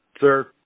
sir